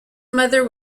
mother